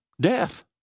Death